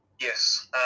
Yes